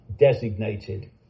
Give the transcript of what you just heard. designated